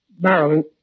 Marilyn